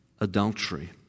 adultery